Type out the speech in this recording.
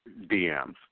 DMs